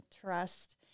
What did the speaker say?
trust